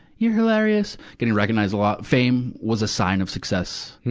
you're hilarious! getting recognized a lot. fame was a sign of success.